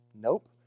Nope